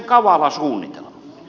värderade talman